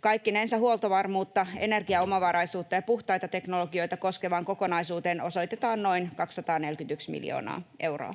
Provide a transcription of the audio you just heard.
Kaikkinensa huoltovarmuutta, energiaomavaraisuutta ja puhtaita teknologioita koskevaan kokonaisuuteen osoitetaan noin 241 miljoonaa euroa.